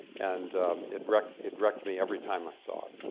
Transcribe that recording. and it wrecked it wrecked me every time i saw it.